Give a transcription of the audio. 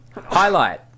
Highlight